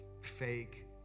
fake